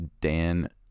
dan